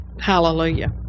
Hallelujah